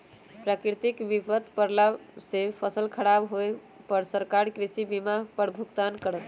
प्राकृतिक विपत परला से फसल खराब होय पर सरकार कृषि बीमा पर भुगतान करत